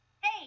Hey